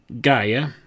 Gaia